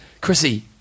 Chrissy